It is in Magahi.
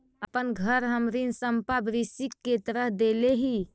अपन घर हम ऋण संपार्श्विक के तरह देले ही